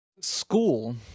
School